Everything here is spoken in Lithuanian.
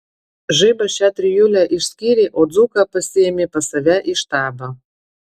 žaibas šią trijulę išskyrė o dzūką pasiėmė pas save į štabą